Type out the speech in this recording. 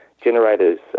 generators